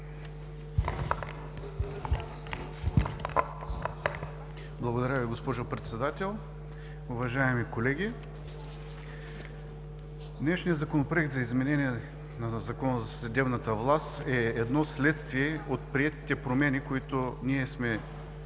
Благодаря Ви, госпожо Председател. Уважаеми колеги, днешният Законопроект за изменение и допълнение на Закона за съдебната власт е едно следствие от приетите промени, които ние сме